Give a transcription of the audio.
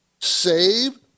Save